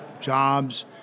jobs